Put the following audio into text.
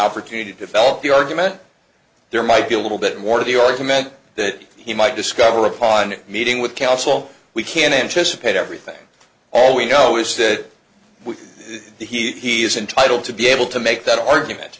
opportunity to develop the argument there might be a little bit more to the argument that he might discover upon meeting with counsel we can anticipate everything all we know is that we that he is entitled to be able to make that argument